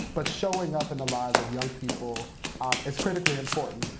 but showing up in the lives of young people is critically important.